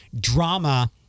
drama